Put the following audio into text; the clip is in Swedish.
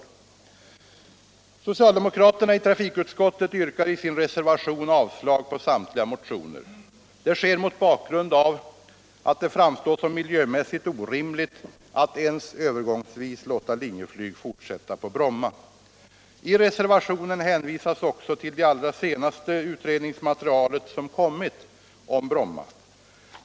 Vi socialdemokrater i trafikutskottet yrkar i vår reservation avslag på samtliga motioner. Det sker mot bakgrund av att det framstår som miljömässigt orimligt att ens övergångsvis låta Linjeflyg fortsätta på Bromma. I reservationen hänvisas också till det allra senaste utredningsmaterialet som kommit om Bromma.